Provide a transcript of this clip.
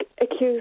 accused